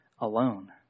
alone